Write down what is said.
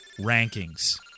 rankings